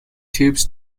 tubes